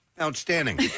Outstanding